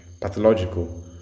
pathological